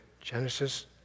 Genesis